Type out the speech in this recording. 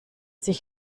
sich